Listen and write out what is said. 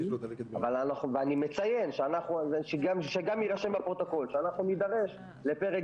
ואני מציין שגם יירשם בפרוטוקול שנידרש לפרק